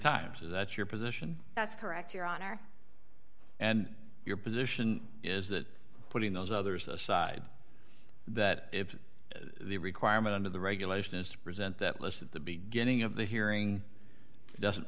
times is that your position that's correct your honor and your position is that putting those others aside that the requirement under the regulation is to present that list at the beginning of the hearing doesn't